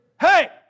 hey